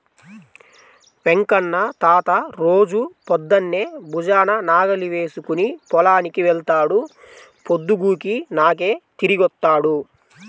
వెంకన్న తాత రోజూ పొద్దన్నే భుజాన నాగలి వేసుకుని పొలానికి వెళ్తాడు, పొద్దుగూకినాకే తిరిగొత్తాడు